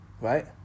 right